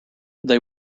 they